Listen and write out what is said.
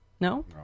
No